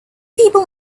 people